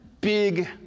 big